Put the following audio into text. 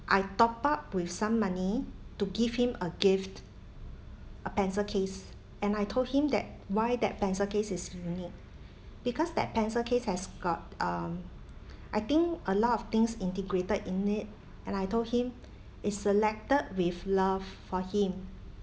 I top up with some money to give him a gift a pencil case and I told him that why that pencil case is unique because that pencil case has got um I think a lot of things integrated in it and I told him is selected with love for him